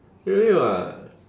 really [what]